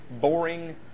boring